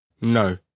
No